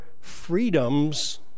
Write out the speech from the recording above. freedoms